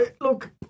look